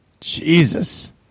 Jesus